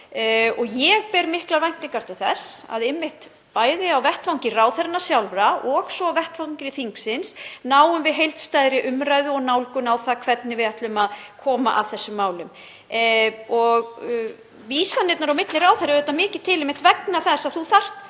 Ég ber miklar væntingar til þess að bæði á vettvangi ráðherranna sjálfra og svo vettvangi þingsins náum við heildstæðri umræðu og nálgun á það hvernig við ætlum að koma að þessum málum. Vísanirnar milli ráðherra eru auðvitað mikið til vegna þess að þú þarft